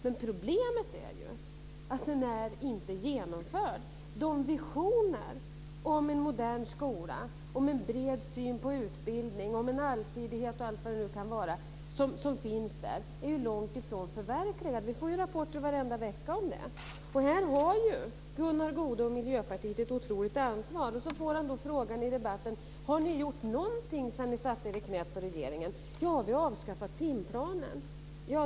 Men problemet är att den inte är genomförd. De visioner om en modern skola, om en bred syn på utbildning, om en allsidighet och allt vad det nu kan vara som finns där är ju långt ifrån förverkligade. Vi får ju varenda vecka rapporter om detta. Här har Gunnar Goude och Miljöpartiet ett oerhört stort ansvar. Gunnar Goude får i debatten frågan om man har gjort någonting sedan man satte sig i knät på regeringen. Svaret är att man har avskaffat timplanen.